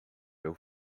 meu